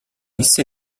disse